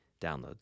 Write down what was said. downloads